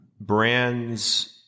Brands